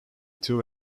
two